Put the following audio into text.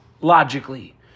logically